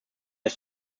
ist